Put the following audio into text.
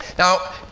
now,